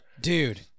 Dude